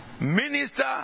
Minister